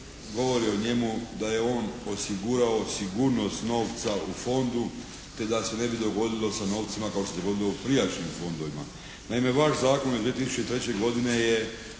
govori o njemu da je on osigurao sigurnost novca u fondu te da se ne bi dogodilo sa novcima kao što se dogodilo u prijašnjim fondovima. Naime, vaš zakon iz 2003. godine je